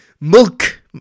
Milk